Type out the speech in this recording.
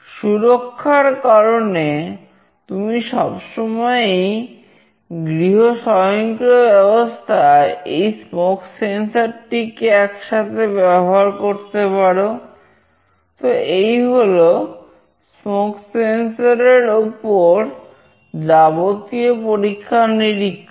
সুরক্ষার কারণে তুমি সবসময়ই গৃহ স্বয়ংক্রিয় ব্যবস্থায় এই স্মোক সেন্সর এর উপর যাবতীয় পরীক্ষা নিরীক্ষা